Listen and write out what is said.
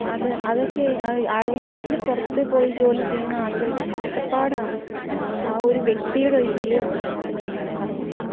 അത് അതൊക്കെ ആ ആടുജീവിതത്തില് പുറത്തുപോയി ജോലി ചെയ്യുന്ന ആളുകളുടെ കഷ്ടപ്പാട് ആണ് ആ ഒരു വ്യക്തിയുടെ ഒരു ജീവിതമാണ് അതിനകത്തു മെയിനായിട്ടും പറയുന്നേ